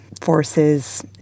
forces